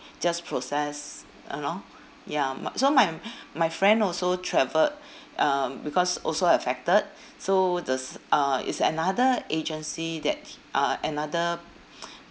just process you know ya m~ so my my friend also travelled uh because also affected so the s~ uh is another agency that he uh another